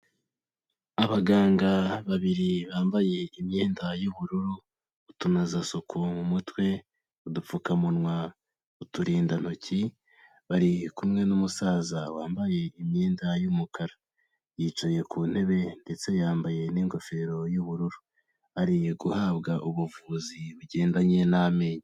Abaganga babiri bambaye imyenda y'ubururu, utunozasuku mu mutwe, udupfukamunwa, uturindantoki, bari kumwe n'umusaza wambaye imyenda y'umukara, yicaye ku ntebe ndetse yambaye n'ingofero y'ubururu, ari guhabwa ubuvuzi bugendanye n'amenyo.